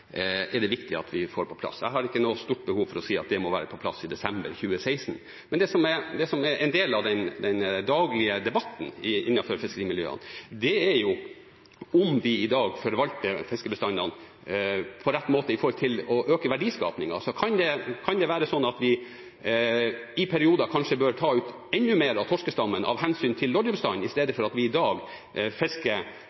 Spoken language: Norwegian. er det viktig at vi får på plass. Jeg har ikke noe stort behov for å si at det må være på plass i desember 2016. Men det som er en del av den daglige debatten innenfor fiskerimiljøene, er om de i dag forvalter fiskebestandene på rett måte med hensyn til å øke verdiskapingen. Kan det være sånn at vi i perioder kanskje bør ta ut enda mer av torskestammen av hensyn til loddebestanden, i stedet